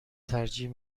ترجیح